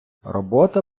робота